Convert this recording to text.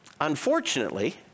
unfortunately